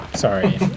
sorry